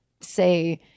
say